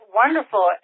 wonderful